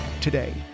today